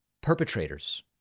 perpetrators